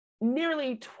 Nearly